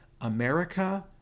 America